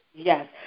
Yes